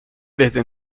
desde